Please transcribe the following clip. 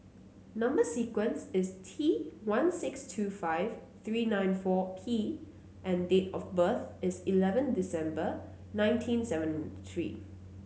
number sequence is T one six two five three nine four P and date of birth is eleven December nineteen seventy three